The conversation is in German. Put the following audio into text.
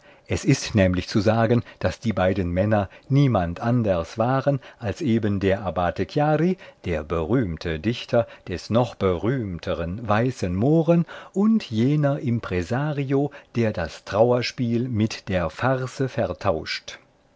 es ist nämlich zu sagen daß die beiden männer niemand anders waren als eben der abbate chiari der berühmte dichter des noch berühmteren weißen mohren und jener impresario der das trauerspiel mit der farce vertauscht